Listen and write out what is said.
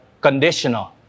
conditional